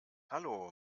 hallo